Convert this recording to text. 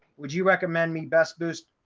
would you recommend me best boost?